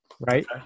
right